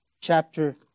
chapter